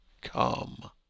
come